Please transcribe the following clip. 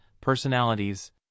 personalities